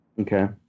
Okay